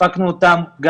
הפקנו אותם.